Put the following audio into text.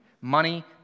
money